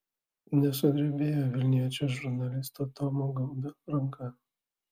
nesudrebėjo vilniečio žurnalisto tomo gaubio ranka